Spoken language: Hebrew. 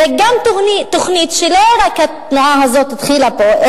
זו גם תוכנית שלא רק התנועה הזאת התחילה פה,